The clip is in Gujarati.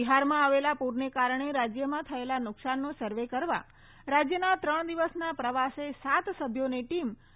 બિહારમાં આવેલા પુરને કારણે રાજયમાં થયેલા નુકસાનનો સર્વે કરવા રાજયના ત્રણ દિવસના પ્રવાસે સાત સભ્યોની ટીમ પટણા પહોંચી છે